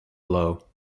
blow